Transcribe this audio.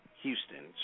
Houston